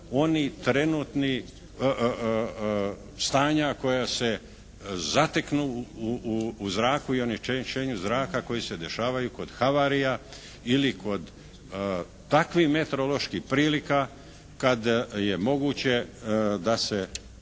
onih trenutnih stanja koja se zateknu u zraku i onečišćenju zraka koji se dešavaju kod halvarija ili kod takvim meteoroloških prilika kad je moguće da se